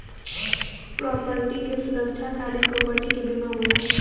property के सुरक्षा खातिर प्रॉपर्टी के बीमा होला